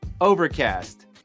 Overcast